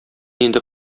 инде